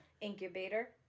incubator